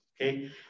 okay